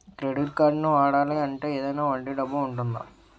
Credit కార్డ్ని వాడాలి అంటే ఏదైనా వడ్డీ డబ్బు ఉంటుందా?